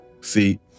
See